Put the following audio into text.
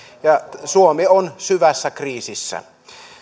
ja suomi on syvässä kriisissä